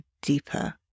deeper